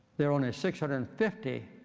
there are only six hundred and fifty